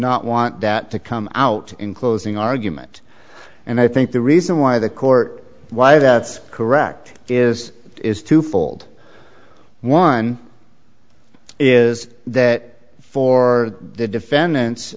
not want that to come out in closing argument and i think the reason why the court why that's correct is is twofold one is that for the defendant